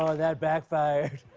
ah that back fired.